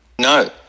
No